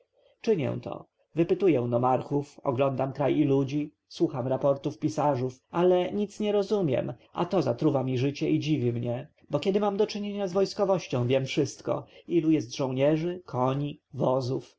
czynię to wypytuję nomarchów oglądam kraj i ludzi słucham raportów pisarzów ale nic nie rozumiem a to zatruwa mi życie i dziwi mnie bo kiedy mam do czynienia z wojskowością wiem wszystko ilu jest żołnierzy koni wozów